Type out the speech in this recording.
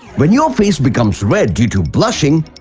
when your face becomes red due to blushing.